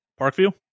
Parkview